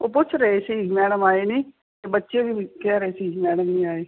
ਉਹ ਪੁੱਛ ਰਹੇ ਸੀ ਮੈਡਮ ਆਏ ਨਹੀਂ ਅਤੇ ਬੱਚੇ ਵੀ ਕਹਿ ਰਹੇ ਸੀ ਮੈਡਮ ਨਹੀਂ ਆਏ